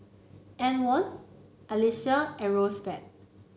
Antwon Alexia and Roosevelt